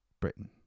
Britain